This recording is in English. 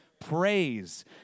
praise